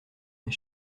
mes